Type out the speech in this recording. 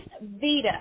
Vita